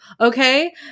Okay